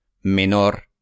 Menor